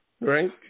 right